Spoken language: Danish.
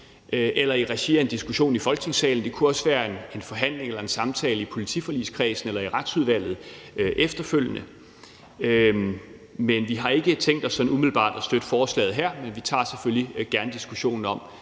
eller i regi af en diskussion i Folketingssalen; det kunne også være en forhandling eller en samtale i politiforligskredsen eller i Retsudvalget efterfølgende. Vi har ikke tænkt os sådan umiddelbart at støtte forslaget her, men vi tager selvfølgelig gerne diskussionen om,